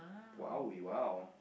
!wow! we !wow!